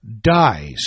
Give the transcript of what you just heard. dies